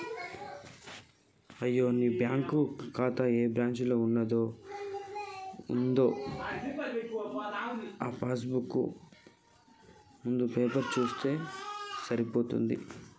అయ్యో నీ బ్యాంకు ఖాతా ఏ బ్రాంచీలో ఉన్నదో ఆ పాస్ బుక్ ముందు పేపరు సూత్తే అయిపోయే